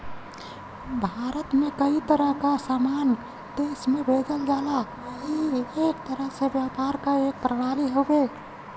भारत से कई तरह क सामान देश में भेजल जाला ई एक तरह से व्यापार क एक प्रणाली हउवे